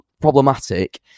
problematic